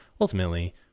ultimately